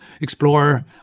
explore